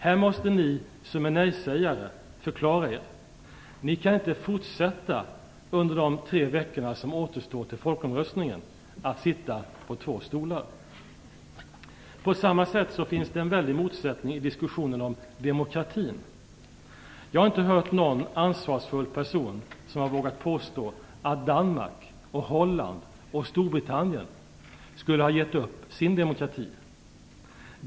Här måste ni som är nej-sägare förklara er. Ni kan inte under de tre veckor som återstår till folkomröstningen fortsätta att sitta på två stolar. På samma sätt finns det en väldig motsättning i diskussionen om demokratin. Jag har inte hört någon ansvarsfull person som har vågat påstå att Danmark, Holland och Storbritannien skulle ha gett upp sin demokrati.